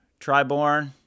Triborn